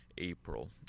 April